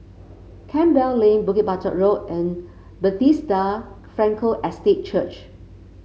Campbell Lane Bukit Batok Road and Bethesda Frankel Estate Church